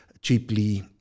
cheaply